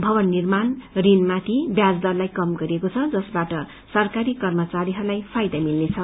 भवन निर्माण ऋण माथि ब्याज दरलाई कम गरिएको छ जसवाट सरकारी कर्मचारीहरूलाई फाइदा मिल्नेछ